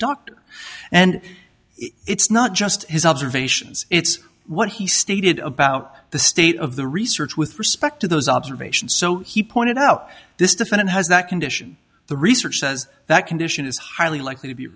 doctor and it's not just his observations it's what he stated about the state of the research with respect to those observations so he pointed out this defendant has that condition the research says that condition is highly likely